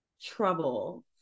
trouble